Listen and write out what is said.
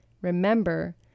remember